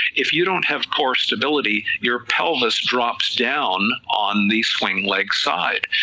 if you don't have core stability, your pelvis drops down on the swing leg side.